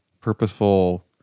purposeful